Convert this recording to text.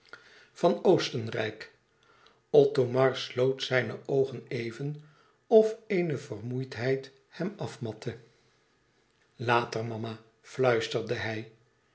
van oostenrijk othomar sloot zijne oogen even of eene vermoeidheid hem afmatte later mama fluisterde hij